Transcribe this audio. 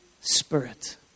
spirit